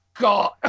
god